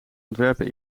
ontwerpen